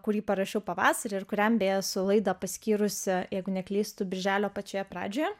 kurį parašiau pavasarį ir kuriam beje esu laidą paskyrusi jeigu neklystu birželio pačioje pradžioje